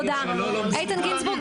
איתן גינזבורג,